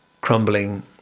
crumbling